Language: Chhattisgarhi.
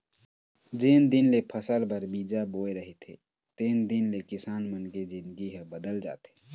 जेन दिन ले फसल बर बीजा बोय रहिथे तेन दिन ले किसान मन के जिनगी ह बदल जाथे